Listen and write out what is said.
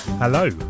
Hello